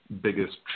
biggest